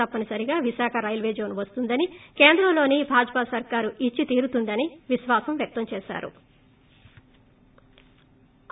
తప్పనిసరిగా విశాఖ రైల్వేజోన్ వస్తుందని కేంద్రంలోని భాజపా సర్కారు ఇచ్చి తీరుతుందని విశ్వాసం వ్యక్తం చేశారు